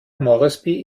moresby